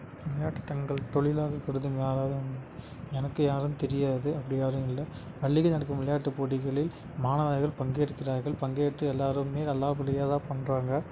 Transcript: விளையாட்டு தங்கள் தொழிலாக கருதும் யாராவது எனக்கு யாரும் தெரியாது அப்படி யாரும் இல்லை பள்ளியில் நடக்கும் விளையாட்டு போட்டிகளில் மாணவர்கள் பங்கேற்கிறார்கள் பங்கேற்று எல்லோருமே நல்லபடியா தான் பண்ணுறாங்க